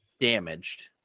damaged